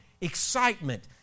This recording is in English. excitement